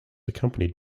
accompanied